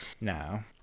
no